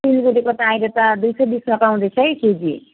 सिलगढीबाट अहिले त दुई सौ बिसमा पाउँदैछ है एक केजी